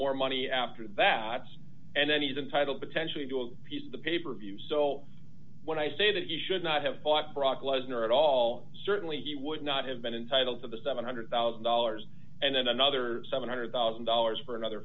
more money after that and then he's entitled potentially to a piece of the paper view so when i say that he should not have bought brock lesnar at all certainly he would not have been entitled to the seven hundred thousand dollars and then another seven hundred thousand dollars for another